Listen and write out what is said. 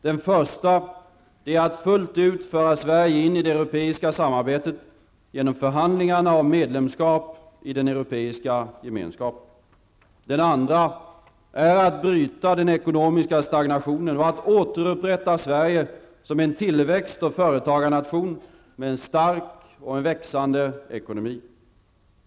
Den första uppgiften är att fullt ut föra Sverige in i det europeiska samarbetet genom förhandlingarna om medlemskap i den europeiska gemenskapen. Den andra är att bryta den ekonomiska stagnationen och att återupprätta Sveige som en tillväxt och företagarnation med en stark och växande ekonomi.